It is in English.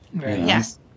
Yes